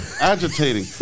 agitating